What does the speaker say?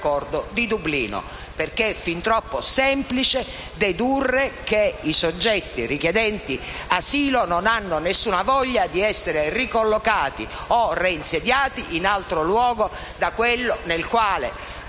infatti fin troppo semplice dedurre che i soggetti richiedenti asilo non hanno nessuno voglia di essere ricollocati o reinsediati in altro luogo diverso da quello nel quale